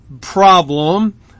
problem